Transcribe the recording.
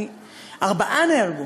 ארבעה נהרגו.